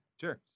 Sure